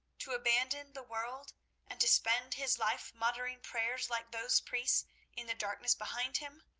to abandon the world and to spend his life muttering prayers like those priests in the darkness behind him?